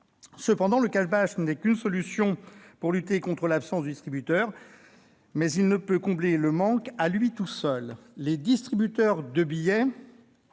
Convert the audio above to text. Cependant, le n'est qu'une solution pour lutter contre l'absence de distributeur ; il ne peut combler le manque à lui tout seul. Les distributeurs automatiques